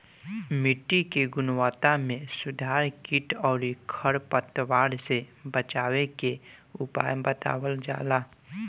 मिट्टी के गुणवत्ता में सुधार कीट अउरी खर पतवार से बचावे के उपाय बतावल जाला